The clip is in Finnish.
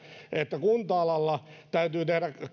että kunta alalla täytyy tehdä